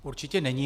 Určitě není.